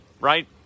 right